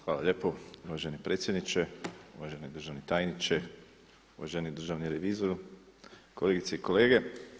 Hvala lijepo uvaženi predsjedniče, uvaženi državni tajniče, uvaženi državni revizoru, kolegice i kolege.